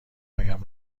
هایم